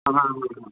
हा हा हा